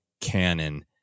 canon